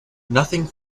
nothing